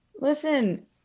Listen